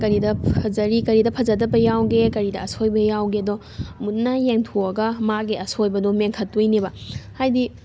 ꯀꯔꯤꯗ ꯐꯖꯔꯤ ꯀꯔꯤꯗ ꯐꯖꯗꯕ ꯌꯥꯎꯒꯦ ꯀꯔꯤꯗ ꯑꯁꯣꯏꯕ ꯌꯥꯎꯒꯦꯗꯣ ꯃꯨꯟꯅ ꯌꯦꯡꯊꯣꯛꯑꯒ ꯃꯥꯒꯤ ꯑꯁꯣꯏꯕꯗꯣ ꯃꯦꯟꯈꯠꯇꯣꯏꯅꯦꯕ ꯍꯥꯏꯗꯤ